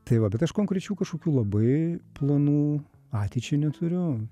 tai va bet aš konkrečių kažkokių labai planų ateičiai neturiu